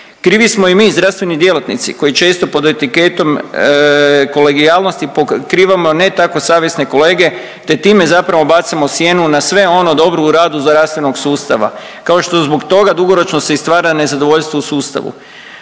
Krivi smo i mi zdravstveni djelatnici koji često pod etiketom kolegijalnosti pokrivamo ne tako savjesne kolege, te time zapravo bacamo sjenu na sve ono dobro u radu zdravstvenog sustava, kao što zbog toga dugoročno se i stvara nezadovoljstvo u sustavu.